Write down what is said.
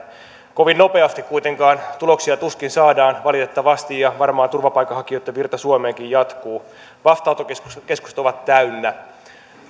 kovin nopeasti kuitenkaan tuloksia tuskin saadaan valitettavasti ja varmaan turvapaikanhakijoitten virta suomeenkin jatkuu vastaanottokeskukset ovat täynnä